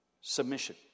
submission